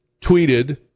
tweeted